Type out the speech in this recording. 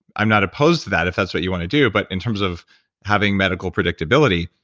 i'm not opposed to that, if that's what you want to do, but in terms of having medical predictability,